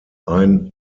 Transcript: ein